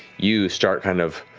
you start, kind of